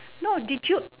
no did you